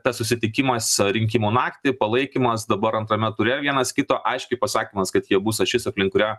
tas susitikimas rinkimų naktį palaikymas dabar antrame ture vienas kito aiškiai pasakymas kad jie bus ašis aplink kurią